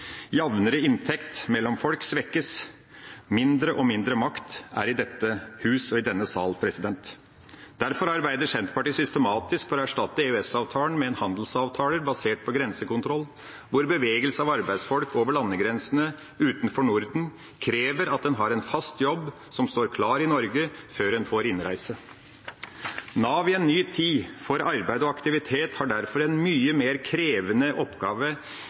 inntekt mellom folk svekkes. Mindre og mindre makt er i dette hus og i denne sal. Derfor arbeider Senterpartiet systematisk for å erstatte EØS-avtalen med en handelsavtale basert på grensekontroll, der bevegelse av arbeidsfolk over landegrensene utenfor Norden krever at en har en fast jobb som står klar i Norge, før en får innreise. Nav i en ny tid, for arbeid og aktivitet, har derfor en mye mer krevende oppgave